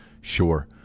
sure